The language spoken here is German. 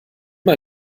mal